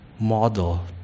model